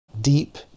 Deep